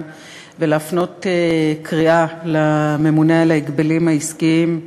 ולהפנות קריאה לממונה על ההגבלים העסקיים,